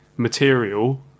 material